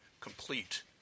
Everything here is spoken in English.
complete